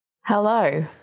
Hello